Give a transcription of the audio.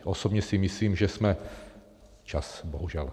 Osobně si myslím, že jsme čas, bohužel...